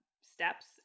steps